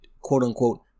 quote-unquote